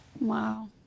Wow